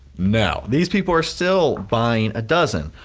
no, these people are still buying a dozen.